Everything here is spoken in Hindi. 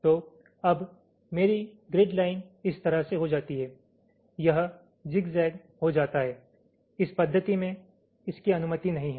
तो अब मेरी ग्रिड लाइन इस तरह से हो जाती है यह ज़िगज़ैग हो जाता है इस पद्धति में इसकी अनुमति नहीं है